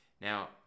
Now